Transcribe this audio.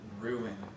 ruin